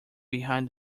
behind